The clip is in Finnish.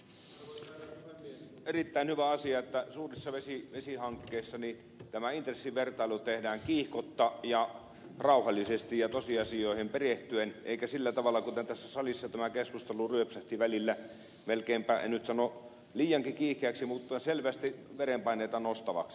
on erittäin hyvä asia että suurissa vesihankkeissa tämä intressivertailu tehdään kiihkotta ja rauhallisesti ja tosiasioihin perehtyen eikä sillä tavalla kuten tässä salissa kun tämä keskustelu ryöpsähti välillä melkeinpä en nyt sano liiankin kiihkeäksi mutta selvästi verenpaineita nostavaksi